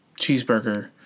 cheeseburger